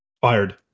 Fired